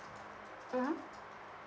mmhmm